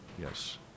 yes